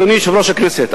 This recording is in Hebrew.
אדוני יושב-ראש הכנסת,